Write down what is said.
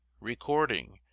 Recording